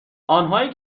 آنهایی